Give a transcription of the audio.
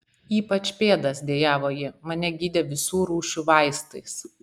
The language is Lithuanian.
ypač pėdas dejavo ji mane gydė visų rūšių vaistais